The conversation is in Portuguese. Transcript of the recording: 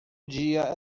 dia